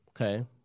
Okay